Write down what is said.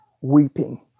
weeping